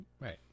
Right